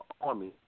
army